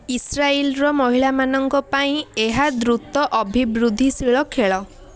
ଇସ୍ରାଇଲ୍ର ମହିଳାମାନଙ୍କ ପାଇଁ ଏହା ଦ୍ରୁତ ଅଭିବୃଦ୍ଧିଶୀଳ ଖେଳ